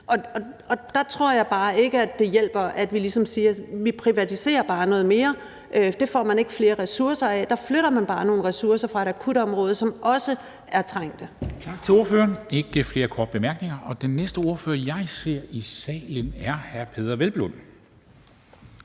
Der tror jeg bare ikke, at det hjælper, at vi ligesom siger, at vi privatiserer bare noget mere, for det får man ikke flere ressourcer af. Der flytter man bare nogle ressourcer fra akutområdet, som også er trængt.